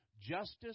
justice